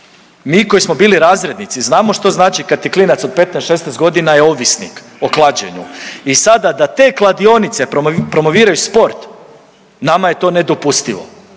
Mi koji smo bili razrednici znamo što znači kad ti klinac od 15-16 godina je ovisnik o klađenju i sada da te kladionice promoviraju sport nama je to nedopustivo,